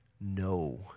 No